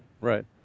Right